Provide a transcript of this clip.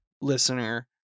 listener